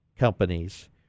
companies